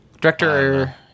Director